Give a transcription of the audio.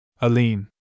Aline